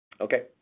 okay